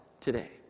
today